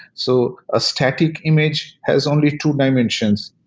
so a static image has only two dimensions.